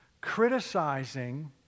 criticizing